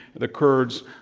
the kurds,